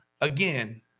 Again